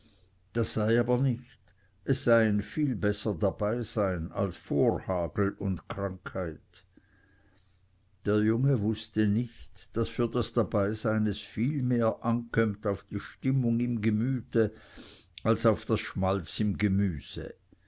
das sei aber nicht es sei ein viel besser dabeisein als vor hagel und krankheit der junge wußte nicht daß für das dabeisein es viel mehr ankömmt auf die stimmung im gemüte als auf das schmalz im gemüse